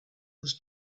was